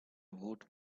woot